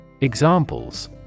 Examples